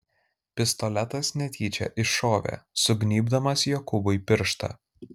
pistoletas netyčia iššovė sugnybdamas jokūbui pirštą